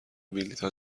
بلیتها